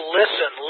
listen